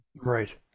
right